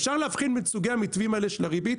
אפשר להבחין בין סוגי המתווים האלה של הריבית.